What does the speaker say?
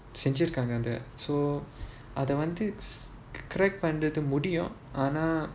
செஞ்சிருக்காங்க அத:senjirukaanga atha so அத வந்து:atha vanthu correct பண்றது முடியும்:panrathu mudiyum